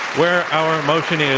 where our motion is,